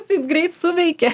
taip greit suveikia